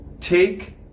Take